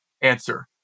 answer